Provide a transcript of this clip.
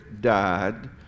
died